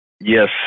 Yes